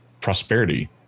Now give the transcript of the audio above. prosperity